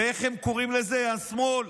ואיך הם קוראים לזה, השמאל?